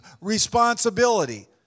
responsibility